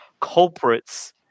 culprits